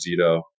Zito